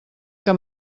que